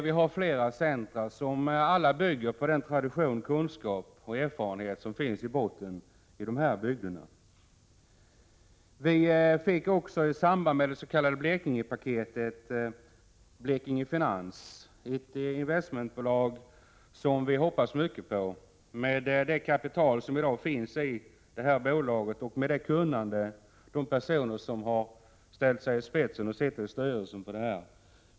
De bygger alla på den tradition, kunskap och erfarenhet som finns i botten i de här bygderna. Vi fick i samband med dets.k. Blekingepaketet också Blekinge Finans, ett investmentbolag som vi hoppas mycket av med det kapital som i dag finns i bolaget, och med det kunnande som finns hos de personer som ställt sig i spetsen och sitter i styrelsen.